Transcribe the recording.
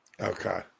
Okay